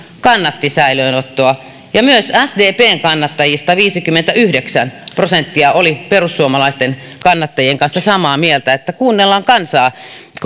kannatti säilöönottoa ja myös sdpn kannattajista viisikymmentäyhdeksän prosenttia oli perussuomalaisten kannattajien kanssa samaa mieltä että kuunnellaan kansaa